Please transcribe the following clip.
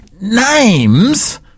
names